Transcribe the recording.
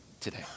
today